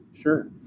Sure